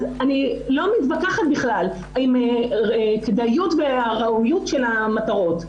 אז אני לא מתווכחת בכלל אם כדאיות והארעיות של המטרות.